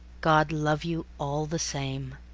god love you all the same.